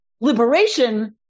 Liberation